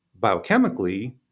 biochemically